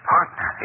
Partner